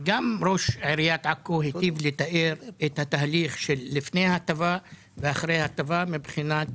גם ראש עיריית עכו היטיב לתאר את התהליך לפני ההטבה ואחרי ההטבה מבחינת